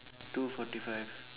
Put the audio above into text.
two forty five